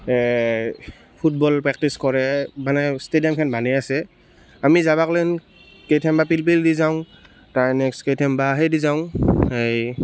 football practice কৰে মানে ষ্টেডিয়ামখন বনাই আছে আমি যাবাকলেন কেইথানবা পিলপিল দি যাওঁ তাৰ নেক্সট কেইথেনবা হেই দি যাওঁ এই